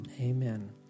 Amen